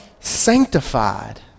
sanctified